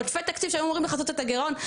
עודפי תקציב שהיו אמורים לכסות את הגירעון,